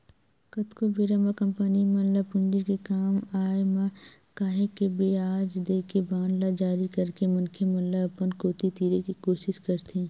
कतको बेरा म कंपनी मन ल पूंजी के काम आय म काहेक के बियाज देके बांड ल जारी करके मनखे मन ल अपन कोती तीरे के कोसिस करथे